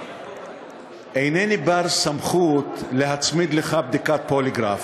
אינני בר-סמכות להצמיד לך בדיקת פוליגרף,